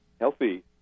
healthy